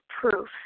proof